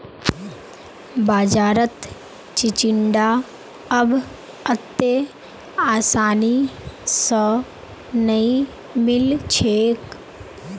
बाजारत चिचिण्डा अब अत्ते आसानी स नइ मिल छेक